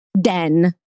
den